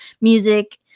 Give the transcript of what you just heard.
music